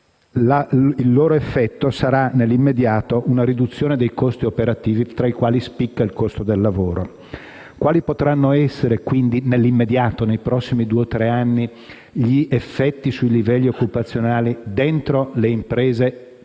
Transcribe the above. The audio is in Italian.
il loro effetto sarà nell'immediato una riduzione dei costi operativi, tra i quali spicca il costo del lavoro. Quali potranno essere, quindi, nell'immediato (nei prossimi due o tre anni) gli effetti sui livelli occupazionali all'interno delle imprese che si